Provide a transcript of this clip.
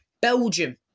Belgium